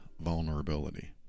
vulnerability